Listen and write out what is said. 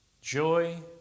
joy